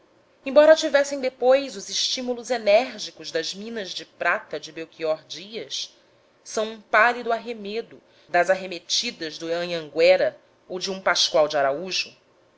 embora tivessem depois os estímulos enérgicos das minas de prata de belchior dias são um pálido arremedo das arremetidas do anhangüera ou de um pascoal de araújo